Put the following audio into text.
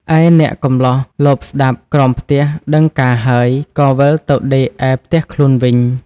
ឯអ្នកកម្លោះលបស្តាប់ក្រោមផ្ទះដឹងការហើយ ក៏វិលទៅដេកឯផ្ទះខ្លួនវិញ។